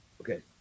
Okay